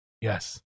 Yes